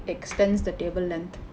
extends the table length